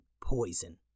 poison